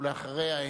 ואחריו,